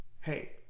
Hey